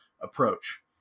approach